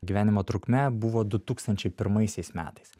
gyvenimo trukme buvo du tūkstančiai pirmaisiais metais